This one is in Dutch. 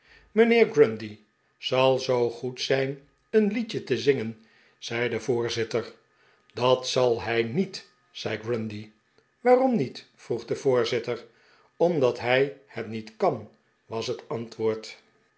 mijnheer grundy zal zoo goed zijn een liedje te zingen zei de voorzitter dat zal hij niet zei grundy waarom niet vroeg de voorzitter omdat hij het niet kan was het antwoord